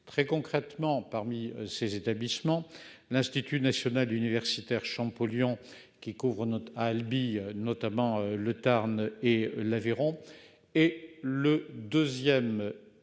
très concrètement. Parmi ces établissements, l'Institut national universitaire Champollion qui couvre note à Albi, notamment le Tarn et l'Aveyron et le 2ème. Établissement